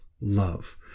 love